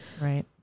Right